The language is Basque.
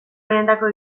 benetako